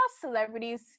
celebrities